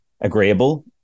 agreeable